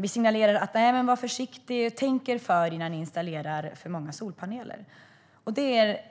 Vi signalerar: Var försiktiga och tänk er för innan ni installerar för många solpaneler!